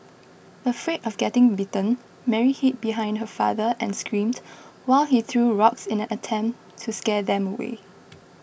afraid of getting bitten Mary hid behind her father and screamed while he threw rocks in an attempt to scare them away